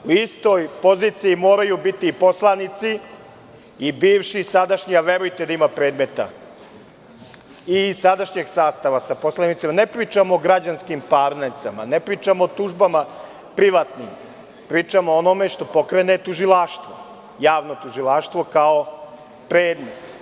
U istoj poziciji moraju biti i poslanici i bivši i sadašnji, a verujte da ima predmeta, iz sadašnjeg sastava sa poslanicima, ne pričam o građanskim parnicama, ne pričam o tužbama privatnim, pričam o onome što pokrene tužilaštvo, javno tužilaštvo kaopredmet.